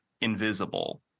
invisible